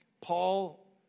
Paul